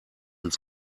ins